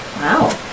Wow